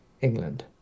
England